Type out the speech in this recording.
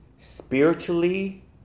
spiritually